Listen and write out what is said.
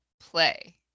play